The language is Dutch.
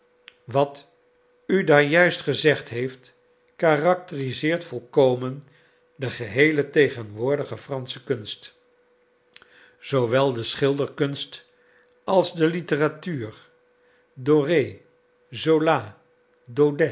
wat u daar juist gezegd heeft karakteriseert volkomen de geheele tegenwoordige fransche kunst zoowel de schilderkunst als de litteratuur doré zola